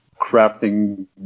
crafting